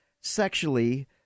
sexually